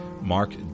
Mark